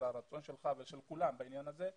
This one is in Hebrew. על הרצון שלך ושל כולם בעניין הזה.